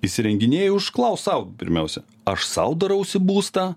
įsirenginėji užklausk sau pirmiausia aš sau darausi būstą